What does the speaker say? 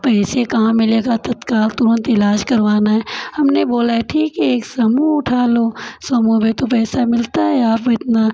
पैसे कहाँ मिलेगा तत्काल तुरंत इलाज करवाना है हमने बोला ठीक है एक समूह उठा लो समूह में तो पैसा मिलता है आप इतना